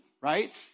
right